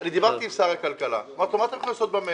אני דיברתי עם שר הכלכלה ושאלתי אותו מה הוא הולך לעשות במלט.